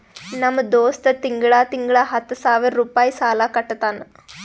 ನಮ್ ದೋಸ್ತ ತಿಂಗಳಾ ತಿಂಗಳಾ ಹತ್ತ ಸಾವಿರ್ ರುಪಾಯಿ ಸಾಲಾ ಕಟ್ಟತಾನ್